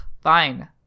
fine